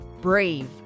Brave